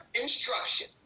instruction